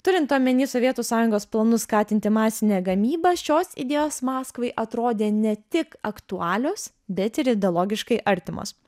turint omeny sovietų sąjungos planus skatinti masinę gamybą šios idėjos maskvai atrodė ne tik aktualios bet ir ideologiškai artimos